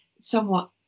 somewhat